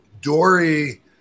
Dory